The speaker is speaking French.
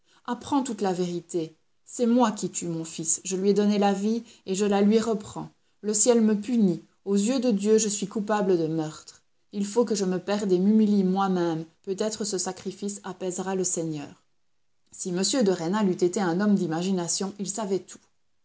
apprends toute la vérité c'est moi qui tue mon fils je lui ai donné la vie et je la lui reprends le ciel me punit aux yeux de dieu je suis coupable de meurtre il faut que je me perde et m'humilie moi-même peut-être ce sacrifice apaisera le seigneur si m de rênal eût été un homme d'imagination il savait tout